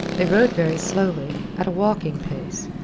they rode very slowly, at a walking pace,